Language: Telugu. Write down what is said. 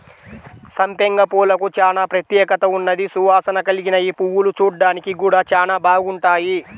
సంపెంగ పూలకు చానా ప్రత్యేకత ఉన్నది, సువాసన కల్గిన యీ పువ్వులు చూడ్డానికి గూడా చానా బాగుంటాయి